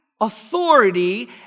authority